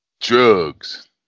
Drugs